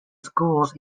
schools